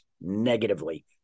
negatively